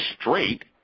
straight